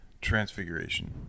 Transfiguration